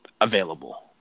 available